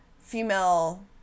female